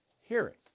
hearing